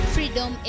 Freedom